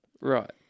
Right